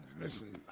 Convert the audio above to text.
listen